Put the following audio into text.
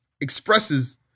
expresses